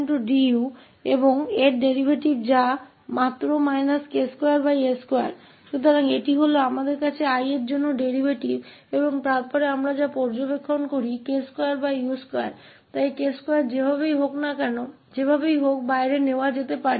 तो वह व्युत्पन्न है जो हमारे पास 𝐼 के लिए है और फिर हम k2u2 का निरीक्षण करते हैं इसलिए k2 को वैसे भी बाहर ले जाया जा सकता है